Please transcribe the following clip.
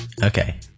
Okay